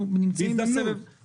בין הקריאה השלישית לרביעית...